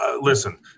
listen